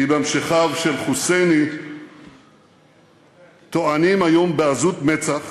כי ממשיכיו של חוסייני טוענים היום בעזות מצח